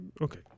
Okay